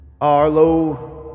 Arlo